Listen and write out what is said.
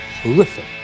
horrific